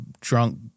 drunk